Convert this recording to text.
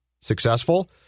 successful